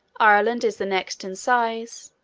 ireland is the next in size.